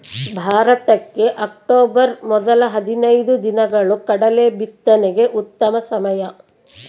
ಭಾರತಕ್ಕೆ ಅಕ್ಟೋಬರ್ ಮೊದಲ ಹದಿನೈದು ದಿನಗಳು ಕಡಲೆ ಬಿತ್ತನೆಗೆ ಉತ್ತಮ ಸಮಯ